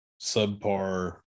subpar